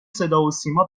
صداسیما